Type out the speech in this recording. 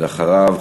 אחריו,